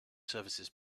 services